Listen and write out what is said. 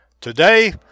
Today